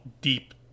deep